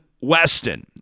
Weston